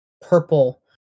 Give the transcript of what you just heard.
purple